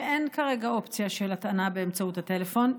שאין כרגע אופציה של הטענה באמצעות הטלפון.